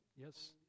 Yes